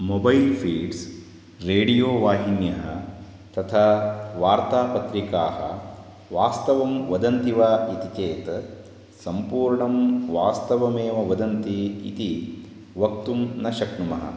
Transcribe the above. mobile feeds radio वाहिन्यः तथा वार्तापत्रिकाः वास्तवं वदन्ति वा इति चेत् सम्पूर्णं वास्तवमेव वदन्ति इति वक्तुं न शक्नुमः